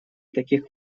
таких